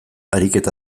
ariketa